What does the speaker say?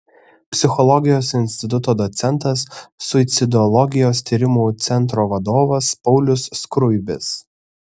psichologijos instituto docentas suicidologijos tyrimų centro vadovas paulius skruibis